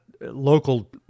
local